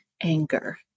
anger